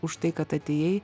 už tai kad atėjai